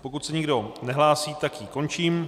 Pokud se nikdo nehlásí, tak ji končím.